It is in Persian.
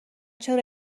چرا